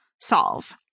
solve